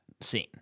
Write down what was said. scene